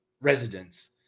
residents